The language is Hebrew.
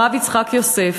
הרב יצחק יוסף,